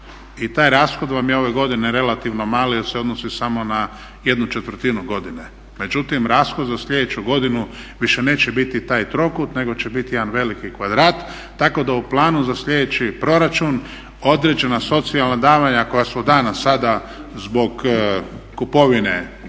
i taj rashod vam je ove godine relativno mali jer se odnosi samo na ¼ godine. Međutim, rashod za sljedeću godinu više neće biti taj trokut nego će biti jedan veliki kvadrat tako da u planu za sljedeći proračun određena socijalna davanja koja su dana sada zbog kupovine